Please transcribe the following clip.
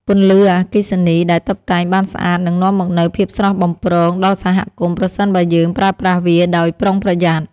ពន្លឺអគ្គិសនីដែលតុបតែងបានស្អាតនឹងនាំមកនូវភាពស្រស់បំព្រងដល់សហគមន៍ប្រសិនបើយើងប្រើប្រាស់វាដោយប្រុងប្រយ័ត្ន។